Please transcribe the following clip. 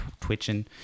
twitching